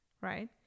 right